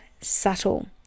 subtle